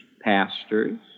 pastors